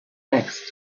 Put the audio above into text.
next